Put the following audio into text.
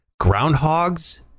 groundhogs